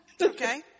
Okay